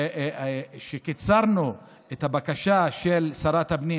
הוא שקיצרנו את הבקשה של שרת הפנים,